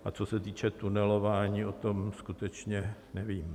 A co se týče tunelování, o tom skutečně nevím.